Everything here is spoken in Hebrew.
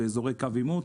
באזורי קו עימות,